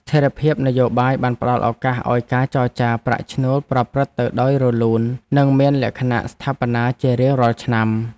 ស្ថិរភាពនយោបាយបានផ្តល់ឱកាសឱ្យការចរចាប្រាក់ឈ្នួលប្រព្រឹត្តទៅដោយរលូន និងមានលក្ខណៈស្ថាបនាជារៀងរាល់ឆ្នាំ។